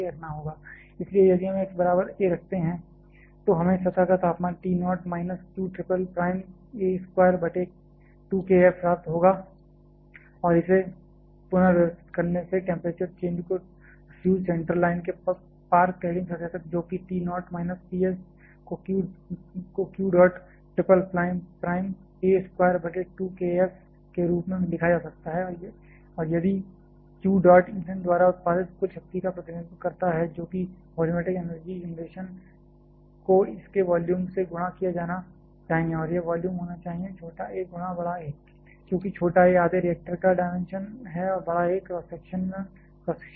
T T0 - q"'x2 2kF इसलिए यदि हम x बराबर a रखते हैं तो हमें सतह का तापमान T nought minus q triple prime a square बटे 2 k F प्राप्त होगा और इसे पुनर्व्यवस्थित करने से टेंपरेचर चेंज को फ्यूल सेंटर लाइन के पार क्लैडिंग सतह तक जो कि T nought minus T s को q dot triple prime a square बटे 2 k F के रूप में लिखा जा सकता है और यदि q डॉट ईंधन द्वारा उत्पादित कुल शक्ति का प्रतिनिधित्व करता है जो कि वॉल्यूमेट्रिक एनर्जी जेनरेशन को इसके वॉल्यूम से गुणा किया जाना चाहिए और यह वॉल्यूम होना चाहिए छोटा a गुणा बड़ा A क्योंकि छोटा a आधे रिएक्टर का डायमेंशन है और बड़ा A क्रॉस सेक्शन एरिया है